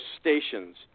stations